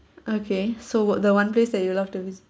okay so what the one place that you love to visit